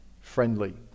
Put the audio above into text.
friendly